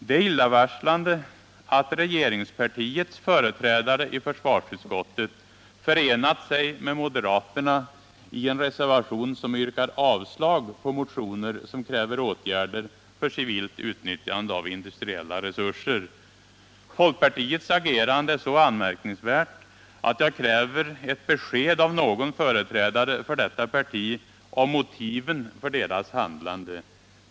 Det är illavarslande att regeringspartiets företrädare i försvarsutskottet förenat sig med moderaterna i en reservation som yrkar avslag på motioner som kräver åtgärder för civilt utnyttjande av industriella resurser. Folkpartiets agerande är så anmärkningsvärt att jag kräver ett besked av någon företrädare för detta parti om motiven för dess handlande.